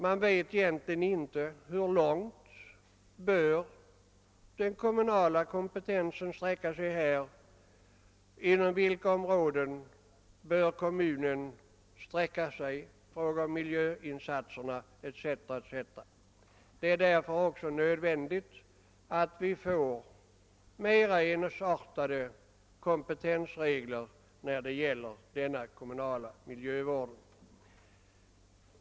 Man vet egentligen inte hur långt den kommunala kompetensen bör sträcka sig här, inom vilka områden som kommunerna bör göra miljöinsatser etc. Det är därför också nödvändigt att vi får mera ensartade kompetensregler i fråga om denna kommunala miljövård.